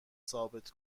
ثابت